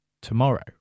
tomorrow